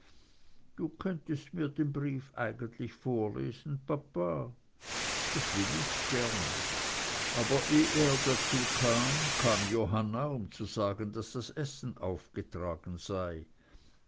du könntest mir den brief eigentlich vorlesen papa das will ich gern aber eh er dazu kam kam johanna um zu sagen daß das essen aufgetragen sei